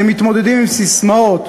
אתם מתמודדים עם ססמאות.